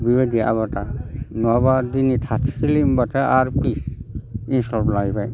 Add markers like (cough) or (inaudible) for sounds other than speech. बि बायदि आबादा नङाब्ला दिनै थाथोंसोलै होनब्लाथाय आरो (unintelligible)